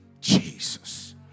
Jesus